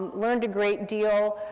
learned a great deal.